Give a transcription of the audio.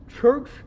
Church